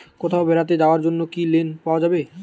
কোথাও বেড়াতে যাওয়ার জন্য কি লোন পেতে পারি?